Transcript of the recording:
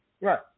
Right